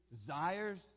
desires